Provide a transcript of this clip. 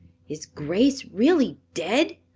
is grace really dead?